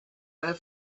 their